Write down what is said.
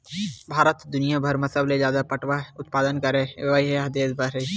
भारत ह दुनियाभर म सबले जादा पटवा उत्पादन करइया देस हरय